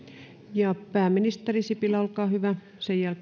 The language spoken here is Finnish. pääministeri sipilä ja